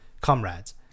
comrades